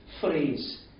phrase